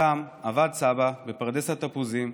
ושם עבד סבא בפרדס התפוזים,